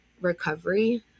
recovery